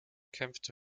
kämpfte